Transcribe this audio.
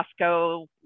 Costco